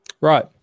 Right